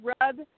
rub